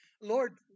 Lord